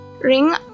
ring